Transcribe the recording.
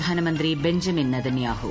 പ്രധാനമന്ത്രി Benjamin Netanyahu